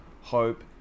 Hope